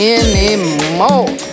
anymore